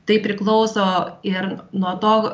tai priklauso ir nuo to